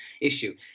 issue